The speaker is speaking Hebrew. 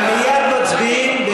ומייד מצביעים,